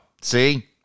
See